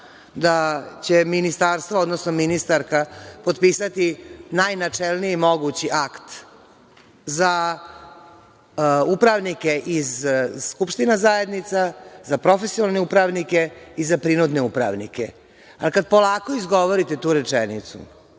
da će ministarstvo, odnosno ministarka potpisati najnačelniji mogući akt za upravnike iz skupština zajednica za profesionalne upravnike i za prinudne upravnike. Kad polako izgovorite tu rečenicu,